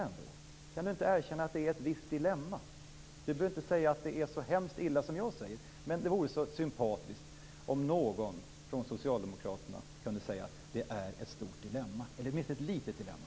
Kan inte Inga-Britt Johansson erkänna att det är ett visst dilemma? Hon behöver inte säga att det är så hemskt illa som jag säger, men det vore så sympatiskt om någon från Socialdemokraterna kunde säga att det är ett stort dilemma, eller åtminstone ett litet dilemma.